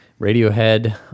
Radiohead